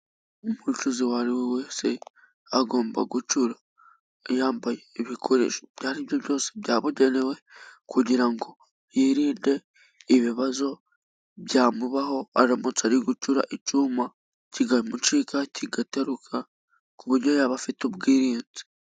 Umucuzi uwo ari we wese agomba gucura yambaye ibikoresho ibyo ari byo byose byabugenewe, kugira ngo yirinde ibibazo byamubaho aramutse ari gucura icyuma kikamucika kigataruka, ku buryo yaba afite ubwirinzi.